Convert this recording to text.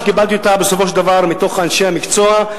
שקיבלתי אותה בסופו של דבר מאנשי המקצוע,